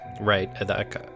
Right